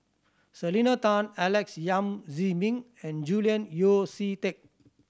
Selena Tan Alex Yam Ziming and Julian Yeo See Teck